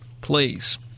Please